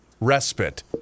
respite